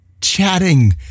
chatting